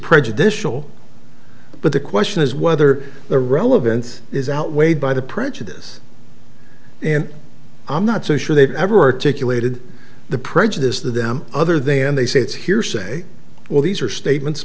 prejudicial but the question is whether the relevance is outweighed by the prejudice and i'm not so sure they've ever articulated the prejudice to them other than they say it's hearsay or these are statements